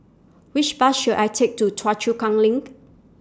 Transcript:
Which Bus should I Take to Choa Chu Kang LINK